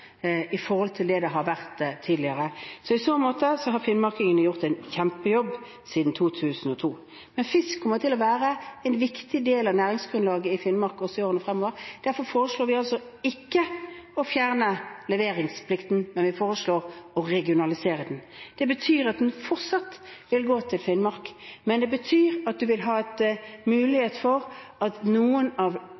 i forhold til det det har vært tidligere. I så måte har finnmarkingene gjort en kjempejobb siden 2002. Men fisk kommer til å være en viktig del av næringsgrunnlaget i Finnmark også i årene fremover. Derfor foreslår vi ikke å fjerne leveringsplikten, men vi foreslår å regionalisere den. Det betyr at den fortsatt vil gå til Finnmark, men det betyr at